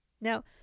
Now